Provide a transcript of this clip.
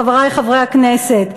חברי חברי הכנסת,